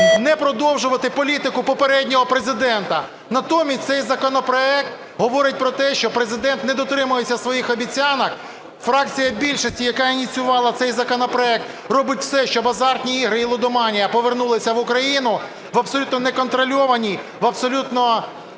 не продовжувати політику попереднього Президента. Натомість, цей законопроект говорить про те, що Президент не дотримується своїх обіцянок. Фракція більшості, яка ініціювала цей законопроект, робить все, щоб азартні ігри і лудоманія повернулися в Україну в абсолютно неконтрольовані, в абсолютно…